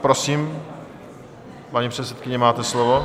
Prosím, paní předsedkyně, máte slovo.